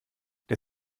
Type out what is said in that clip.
der